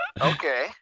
Okay